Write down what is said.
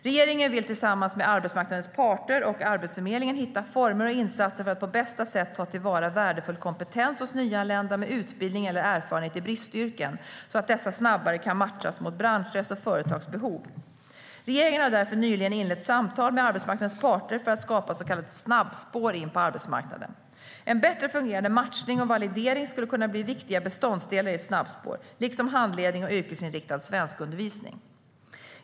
Regeringen vill tillsammans med arbetsmarknadens parter och Arbetsförmedlingen hitta former och insatser för att på bästa sätt ta till vara värdefull kompetens hos nyanlända med utbildning eller erfarenhet i bristyrken så att dessa snabbare kan matchas mot branschers och företags behov. Regeringen har därför nyligen inlett samtal med arbetsmarknadens parter för att skapa ett så kallat snabbspår in på arbetsmarknaden. En bättre fungerande matchning och validering skulle kunna bli viktiga beståndsdelar i ett snabbspår liksom handledning och yrkesinriktad svenskundervisning.